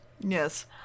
Yes